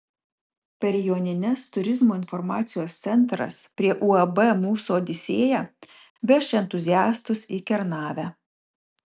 per jonines turizmo informacijos centras prie uab mūsų odisėja veš entuziastus į kernavę